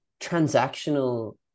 transactional